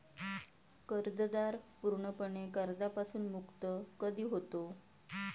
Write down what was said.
कर्जदार पूर्णपणे कर्जापासून मुक्त कधी होतो?